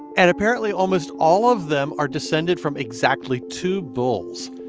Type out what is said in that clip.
and apparently, almost all of them are descended from exactly two bulls.